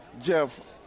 Jeff